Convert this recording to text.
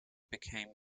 became